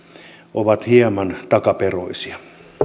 ovat hieman takaperoisia